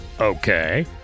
Okay